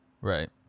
Right